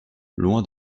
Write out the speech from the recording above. loin